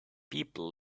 people